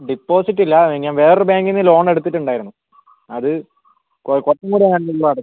deposit ഇല്ല ഞാൻ വേറൊരു ബാങ്കിൽ നിന്ന് ലോൺ എടുത്തിട്ടുണ്ടായിരുന്നു അത് കുറച്ചും കൂടി